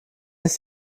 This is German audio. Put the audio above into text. ist